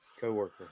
co-worker